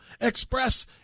express